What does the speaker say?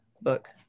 book